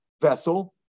vessel